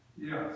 Yes